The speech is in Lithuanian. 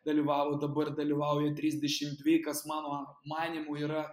dalyvavo dabar dalyvauja trisdešim dvi kas mano manymu yra